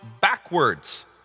backwards